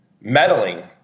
meddling